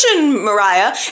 Mariah